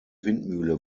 windmühle